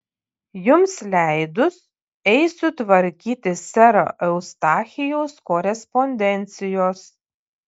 jums leidus eisiu tvarkyti sero eustachijaus korespondencijos